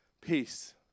Peace